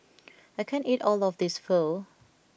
I can't eat all of this Pho